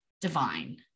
divine